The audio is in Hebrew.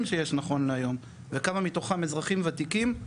שיש נכון להיום וכמה מתוכם אזרחים וותיקים,